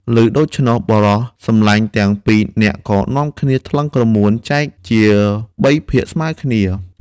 ឮដូច្នោះ បុរសសំឡាញ់ទាំងពីរនាក់ក៏នាំគ្នាថ្លឹងក្រមួនចែកជាបីភាគស្មើគ្នា។